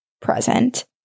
present